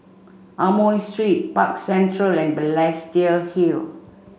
Amoy Street Park Central and Balestier Hill